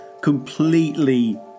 completely